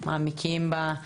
מעמיקים בה.